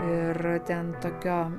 ir ten tokio